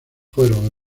fueron